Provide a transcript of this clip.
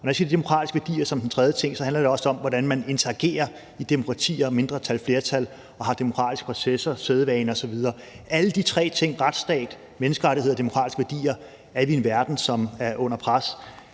Og når jeg siger de demokratiske værdier som den tredje ting, handler det også om, hvordan man interagerer i demokratier med mindretal og flertal og har demokratiske processer, sædvaner osv. Alle de tre ting, retsstat, menneskerettigheder og demokratiske værdier, er i en verden under pres.